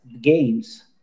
games